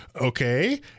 okay